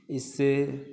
इससे